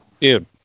dude